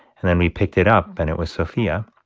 and then we picked it up, and it was sophia.